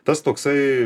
tas toksai